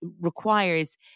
requires